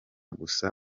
gusa